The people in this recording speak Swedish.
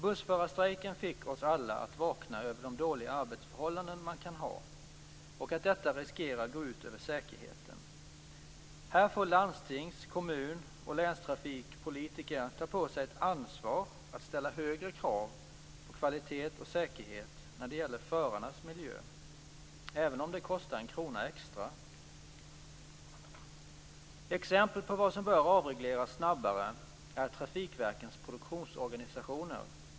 Bussförarstrejken fick oss alla att vakna över de dåliga arbetsförhållanden man kan ha och att detta riskerar gå ut över säkerheten. Här får landstings-, kommun och länstrafikpolitiker ta på sig ett ansvar att ställa högre krav på kvalitet och säkerhet när det gäller förarnas miljö. Även om det kostar en krona extra. Exempel på vad som bör avregleras snabbare är trafikverkens produktionsorganisationer.